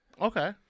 Okay